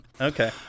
Okay